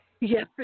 Yes